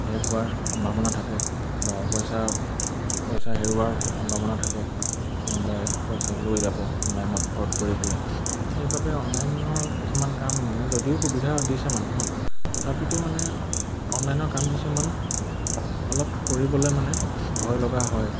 শেষ হোৱাৰ সম্ভাৱনা থাকে বা পইচা পইচা হেৰুৱাৰ সম্ভাৱনা থাকে কোনোবাই পইচা লৈ যাব অনলাইনত ফ্ৰড কৰি পেলাই সেইবাবে অনলাইনৰ কিছুমান কাম মানে যদিও সুবিধা দিছে মানুহক তথাপিতো মানে অনলাইনৰ কাম কিছুমান অলপ কৰিবলৈ মানে ভয় লগা হয়